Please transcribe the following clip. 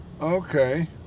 Okay